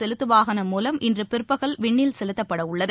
செலுத்துவாகனம் முலம் இன்றுபிற்பகல் விண்ணில் செலுத்தப்படவுள்ளது